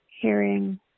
hearing